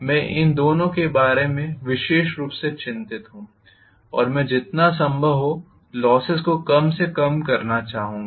मैं इन दोनों के बारे में विशेष रूप से चिंतित हूं और मैं जितना संभव हो लोसेस को कम से कम करना चाहूंगा